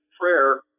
prayer